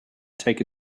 take